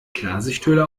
klarsichthülle